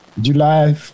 July